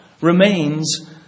remains